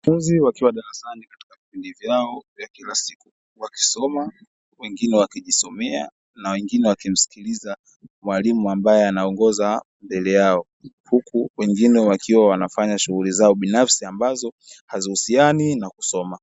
Wanafunzi wakiwa darasani katika vipindi vyao vya kila siku wakisoma, wengine wakijisomea na wengine wakimsikiliza mwalimu ambaye anaongoza mbele yao, huku wengine wakiwa wanafanya shughuli zao binafsi ambazo hazihusiani na kusoma.